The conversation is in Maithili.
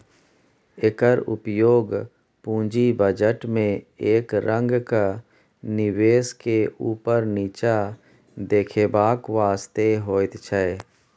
एकर उपयोग पूंजी बजट में एक रंगक निवेश के ऊपर नीचा देखेबाक वास्ते होइत छै